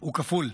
הוא כפול: